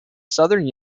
southern